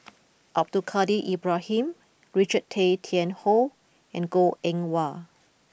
Abdul Kadir Ibrahim Richard Tay Tian Hoe and Goh Eng Wah